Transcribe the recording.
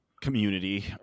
community